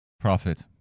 profit